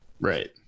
Right